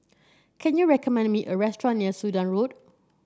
can you recommend me a restaurant near Sudan Road